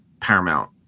Paramount